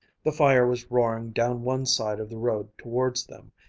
the fire was roaring down one side of the road towards them,